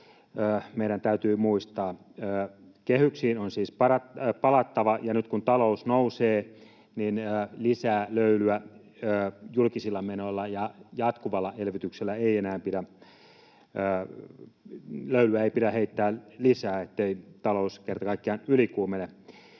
meidän täytyy muistaa. Kehyksiin on siis palattava, ja nyt kun talous nousee, niin lisää löylyä julkisilla menoilla ja jatkuvalla elvytyksellä ei enää pidä heittää, ettei talous kerta kaikkiaan ylikuumene.